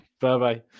Bye-bye